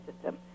system